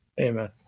amen